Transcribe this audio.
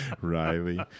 Riley